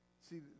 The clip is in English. see